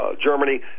Germany